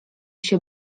się